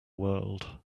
world